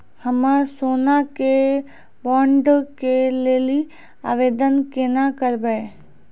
हम्मे सोना के बॉन्ड के लेली आवेदन केना करबै?